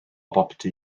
boptu